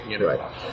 Right